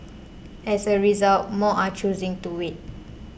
as a result more are choosing to wait